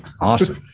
Awesome